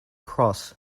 cross